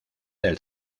del